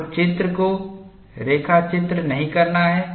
आपको चित्र को रेखाचित्र नहीं करना है